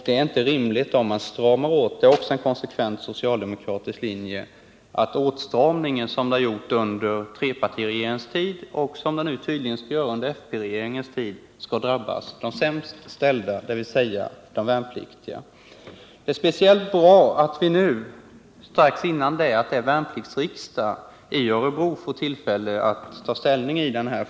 Det är inte heller rimligt — det är en konsekvent socialdemokratisk linje — att åtstramningar, som de har gjort under trepartiregeringens tid och tydligen skall göra under folkpartiregeringens tid, skall drabba de sämst ställda, i detta fall de värnpliktiga. Det är speciellt bra att vi nu, strax före värnpliktsriksdagen i Örebro, får tillfälle att ta ställning i denna fråga.